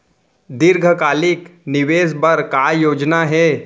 दीर्घकालिक निवेश बर का योजना हे?